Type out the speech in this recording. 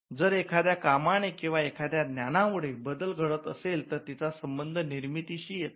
जर एखाद्या कामाने किंवा एखाद्या ज्ञानामुळे बदल घडत असेल तर तिचा संबंध निर्मितीशी येतो